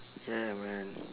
ya man